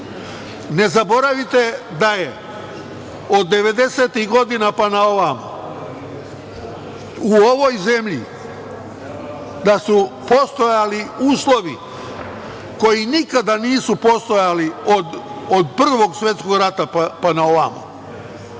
zaboravite da su od devedesetih godina pa naovamo u ovoj zemlji postojali uslovi koji nikada nisu postojali od Prvog svetskog rata pa naovamo,